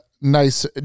nice